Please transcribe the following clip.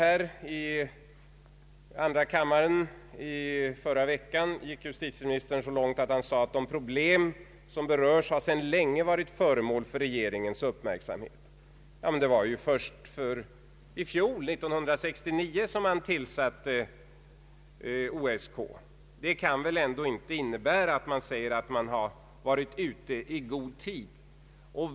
I andra kammaren i förra veckan gick justitieministern så långt att han sade att de problem som här berörs sedan länge varit föremål för regeringens uppmärksamhet. Det var först i fjol som OSK tillsattes. Det kan väl inte innebära att regeringen varit ute i god tid.